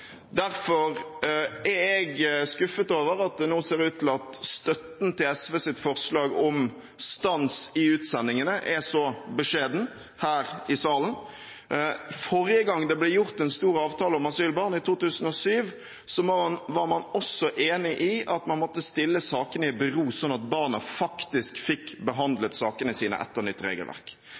Derfor er jeg skuffet over at det nå ser ut til at støtten til SVs forslag om stans i utsendingene er så beskjeden her i salen. Forrige gang det ble gjort en stor avtale om asylbarn, i 2007, var man også enig i at man måtte stille sakene i bero, slik at barna faktisk fikk behandlet sakene sine etter nytt regelverk.